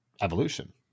evolution